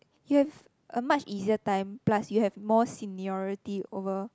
you have a much easier time plus you have more seniority over